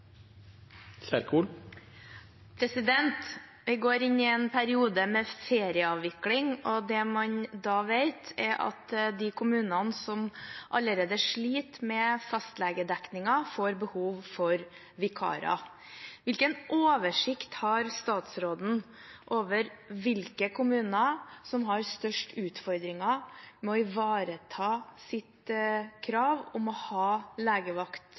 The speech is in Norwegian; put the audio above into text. replikkordskifte. Vi går inn i en periode med ferieavvikling, og det man da vet, er at de kommunene som allerede sliter med fastlegedekningen, får behov for vikarer. Hvilken oversikt har statsråden over hvilke kommuner som har størst utfordringer med å ivareta sitt krav om å ha